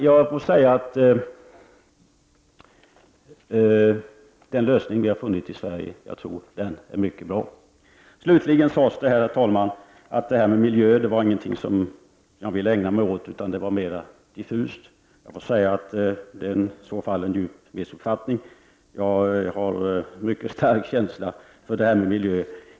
Jag tror att den lösning som vi har funnit i Sverige är mycket bra. Slutligen har det sagts att det här med miljön är någonting som jag inte vill ägna mig åt. I så fall är det en grov missuppfattning. Jag har en mycket stark känsla för miljön.